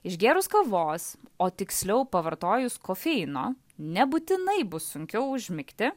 išgėrus kavos o tiksliau pavartojus kofeino nebūtinai bus sunkiau užmigti